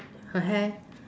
her hair